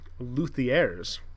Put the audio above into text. luthiers